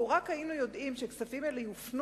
לו רק היינו יודעים שכספים אלה יופנו